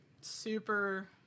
super